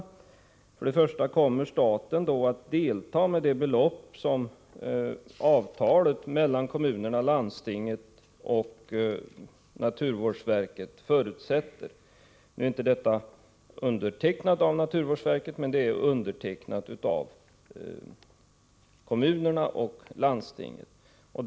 Min första fråga är: Kommer staten att delta med det belopp som avtalet mellan kommunerna, landstinget och naturvårdsverket förutsätter? Avtalet är inte undertecknat av naturvårdsverket, men det är undertecknat av kommunerna och landstinget.